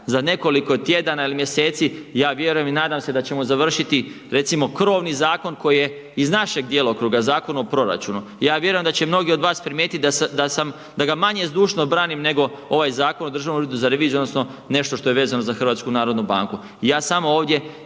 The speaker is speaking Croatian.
za nekoliko tjedana ili mjeseci, ja vjerujem i nadam se da ćemo završiti recimo krovni zakon koji je iz našeg djelokruga, Zakona o proračunu. Ja vjerujem da će mnogi od vas primijetiti da ga manje zdušno branim nego ovaj Zakon o DUR-u, odnosno nešto što je vezano za HNB. Ja samo ovdje